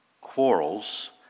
quarrels